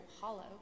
hollow